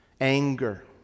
anger